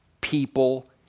people